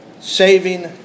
Saving